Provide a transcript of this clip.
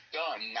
done